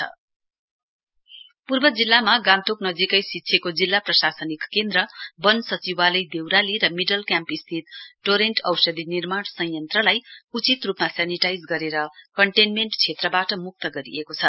containment पूर्व जिल्लामा गान्तोक नजिकै सिच्छेको जिल्ला प्रशासनिक केन्द्र वन सचिवलय देवराली मिडल क्याम्प स्थिति टोरेन्ट औषधिनिर्माण संयन्त्रलाई उचित रूपमा सेनिटाइज गरेर कन्टेन्मेण्ट क्षेत्रबाट मुक्त गरिएको छ